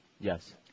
Yes